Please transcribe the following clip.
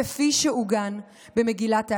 כפי שעוגן במגילת העצמאות.